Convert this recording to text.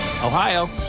Ohio